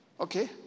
okay